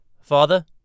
Father